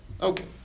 Okay